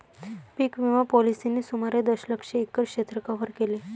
पीक विमा पॉलिसींनी सुमारे दशलक्ष एकर क्षेत्र कव्हर केले